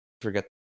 forget